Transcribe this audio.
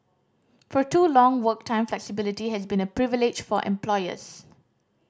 for too long work time flexibility has been a privilege for employers